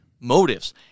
motives